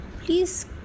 Please